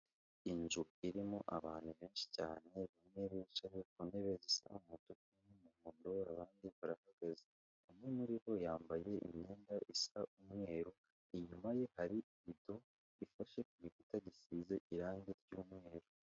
Inzu irimo abantu benshi cyane bamwe bicaye ku ntebe zisa umutuku n'umuhondo abandi barahagaze, umwe muri bo yambaye imyenda isa umweru, inyuma ye hari irido ifashe ku gikuta gisize irange ry'umweru.